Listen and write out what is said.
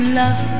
love